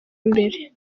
imbere